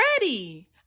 ready